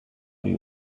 you